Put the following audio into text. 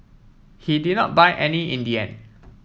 he did not buy any in the end